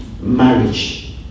marriage